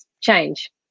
change